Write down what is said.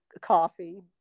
coffee